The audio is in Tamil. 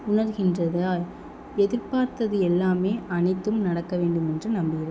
உணர்கின்றதால் எதிர்பார்த்தது எல்லாம் அனைத்தும் நடக்க வேண்டும் என்று நம்புகி